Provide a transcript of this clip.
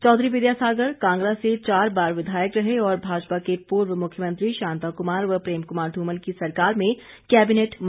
चौधरी विद्यासागर कांगड़ा से चार बार विधायक रहे और भाजपा के पूर्व मुख्यमंत्री शांता कुमार व प्रेम कुमार धूमल की सरकार में कैबिनेट मंत्री भी रहे